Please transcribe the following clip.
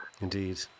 Indeed